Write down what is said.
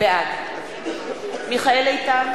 בעד מיכאל איתן,